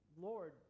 Lord